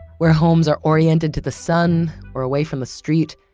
where homes are oriented to the sun or away from the street,